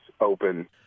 Open